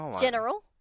general